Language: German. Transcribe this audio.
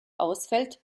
ausfällt